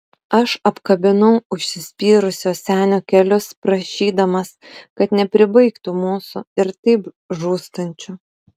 aš apkabinau užsispyrusio senio kelius prašydamas kad nepribaigtų mūsų ir taip žūstančių